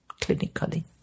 clinically